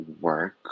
work